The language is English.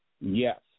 Yes